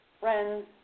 friends